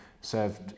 served